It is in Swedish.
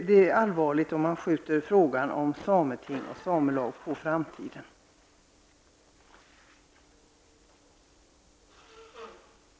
Det är allvarligt om man skjuter frågan om sameting och samelag på framtiden.